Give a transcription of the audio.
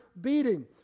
beating